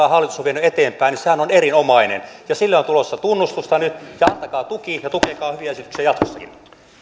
jota hallitus on vienyt eteenpäin on erinomainen ja sille on tulossa tunnustusta nyt antakaa tuki ja tukekaa hyviä esityksiä jatkossakin